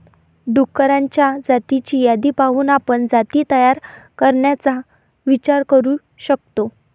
डुक्करांच्या जातींची यादी पाहून आपण जाती तयार करण्याचा विचार करू शकतो